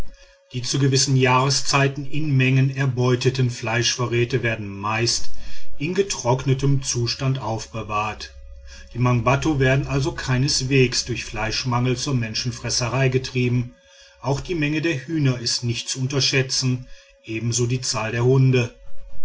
die zu gewissem jahreszeiten in menge erbeutetem fleischvorräte werden meist in getrocknetem zustand aufbewahrt die mangbattu werden also keineswegs durch fleischmangel zur menschenfresserei getrieben auch die menge der hühner ist nicht zu unterschätzen ebenso die zahl der hunde